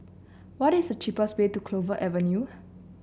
what is cheapest way to Clover Avenue